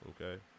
Okay